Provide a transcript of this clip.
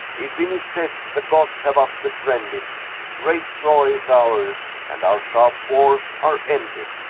if in his death the gods have us befriended great troy is ours, and our sharp wars are ended.